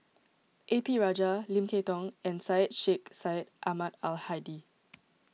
A P Rajah Lim Kay Tong and Syed Sheikh Syed Ahmad Al Hadi